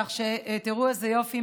כך שתראו איזה יופי,